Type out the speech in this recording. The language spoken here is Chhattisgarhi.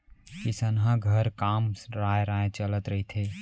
किसनहा घर काम राँय राँय चलत रहिथे